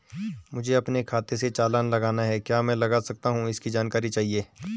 मुझे अपने खाते से चालान लगाना है क्या मैं लगा सकता हूँ इसकी जानकारी चाहिए?